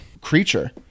Creature